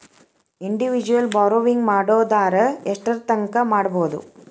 Individual borrowing ಮಾಡೊದಾರ ಯೆಷ್ಟರ್ತಂಕಾ ಮಾಡ್ಬೋದು?